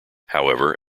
however